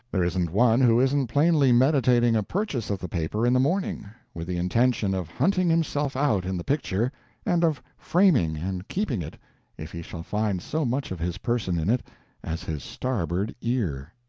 there isn't one who isn't plainly meditating a purchase of the paper in the morning, with the intention of hunting himself out in the picture and of framing and keeping it if he shall find so much of his person in it as his starboard ear.